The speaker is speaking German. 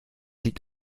liegt